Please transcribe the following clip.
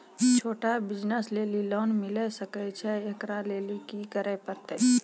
छोटा बिज़नस लेली लोन मिले सकय छै? एकरा लेली की करै परतै